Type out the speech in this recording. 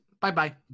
Bye-bye